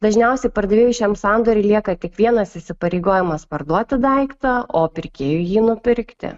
dažniausiai pardavėjui šiam sandoriui lieka tik vienas įsipareigojimas parduoti daiktą o pirkėjui jį nupirkti